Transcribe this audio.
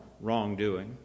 wrongdoing